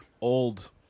old